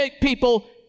people